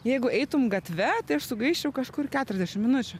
jeigu eitum gatve tai aš sugaiščiau kažkur keturiasdešim minučių